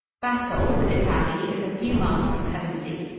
battle, with its abbey, is a few miles from pevensey.